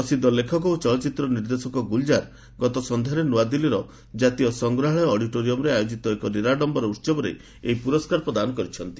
ପ୍ରସିଦ୍ଧ ଲେଖକ ଓ ଚଳଚ୍ଚିତ୍ର ନିର୍ଦ୍ଦେଶକ ଗୁଲଜାର ଗତ ସନ୍ଧ୍ୟାରେ ନୂଆଦିଲ୍ଲୀର କ୍ରାତୀୟ ସଂଗ୍ରହାଳୟ ଅଡିଟୋରିୟମ୍ରେ ଆୟୋକିତ ଏକ ନିରାଡ଼ାମ୍ଘର ଉହବରେ ଏହି ପୁରସ୍କାର ପ୍ରଦାନ କରିଛନ୍ତି